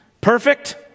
perfect